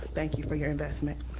thank you for your investment.